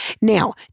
Now